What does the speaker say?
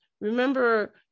remember